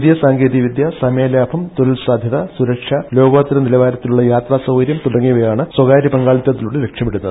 പുതിയ സാങ്കേതിക വിദ്യ സമയലാഭം തൊഴിൽ സാധ്യത സുരക്ഷ ലോകോത്തര നിലവാരത്തിലുള്ള യാത്രാ സൌകര്യം തുടങ്ങിയവയാണ് സ്വകാര്യ പങ്കാളിത്തത്തിലൂടെ ലക്ഷ്യമിടുന്നത്